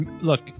look